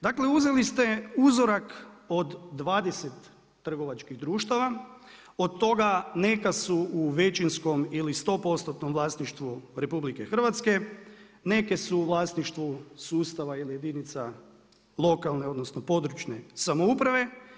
Dakle, uzeli ste uzorak od 20 trgovačkih društava, od toga, neka su u većinskom ili 100% vlasništvu RH, neke su u vlasništvu sustava ili jedinica lokalne područne samouprave.